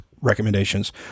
recommendations